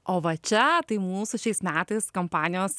o va čia tai mūsų šiais metais kompanijos